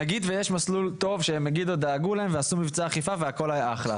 נגיד שיש מסלול טוב שמגידו דאגו להם ועשו מבצע אכיפה והכול היה אחלה.